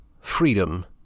freedom